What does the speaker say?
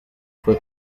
fue